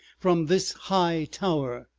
from this high tower,